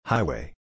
Highway